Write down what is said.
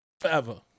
Forever